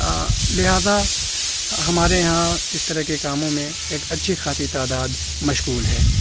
لہٰذا ہمارے یہاں اس طرح کے کاموں میں ایک اچھی خاصی تعداد مشغول ہے